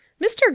Mr